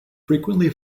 frequently